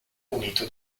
unito